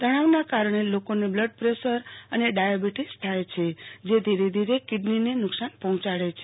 તણાવના કારણે લોકોને બ્લડ પ્રેસર અને ડાયાબિટીસ થાય છે જે ધીરે ધીરે કિડનીને નુકસાન પર્હોયાડે છે